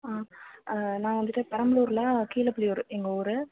ஆ ஆ நான் வந்துட்டு பெரம்பலூரில் கீழப்புலியூர் எங்கள் ஊர்